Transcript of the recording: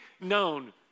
known